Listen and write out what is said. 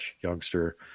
youngster